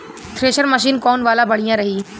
Thresher machine कौन वाला बढ़िया रही?